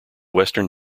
western